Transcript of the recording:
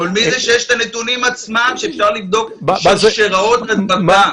גולמי זה שיש את הנתונים עצמם שאפשר לבדוק שרשראות הדבקה.